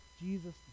Jesus